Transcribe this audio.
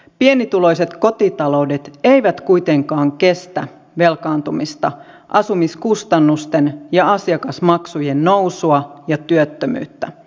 pienituloiset kotitaloudet eivät kuitenkaan kestä velkaantumista asumiskustannusten ja asiakasmaksujen nousua ja työttömyyttä